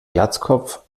glatzkopf